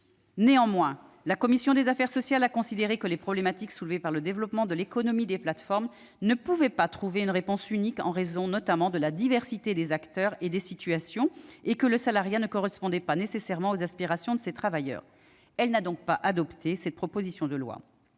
Néanmoins, la commission des affaires sociales a considéré que les problématiques soulevées par le développement de l'économie des plateformes ne pouvaient trouver de réponse unique, en raison notamment de la diversité des acteurs et des situations, et que le salariat ne correspondait pas nécessairement aux aspirations de ces travailleurs. Elle n'a donc pas adopté la proposition de loi.